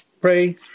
pray